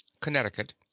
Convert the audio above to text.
connecticut